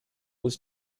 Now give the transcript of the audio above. was